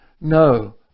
No